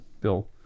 Bill